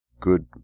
good